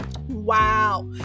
Wow